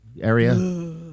area